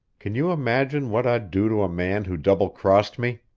can you imagine what i'd do to a man who double crossed me?